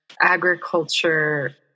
agriculture